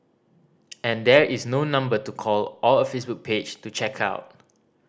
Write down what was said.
and there is no number to call or a Facebook page to check out